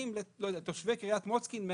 ונותנים לתושבי קריית מוצקין 110,